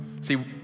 See